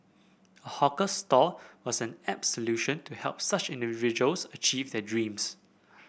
a hawker stall was an apt solution to help such individuals achieve their dreams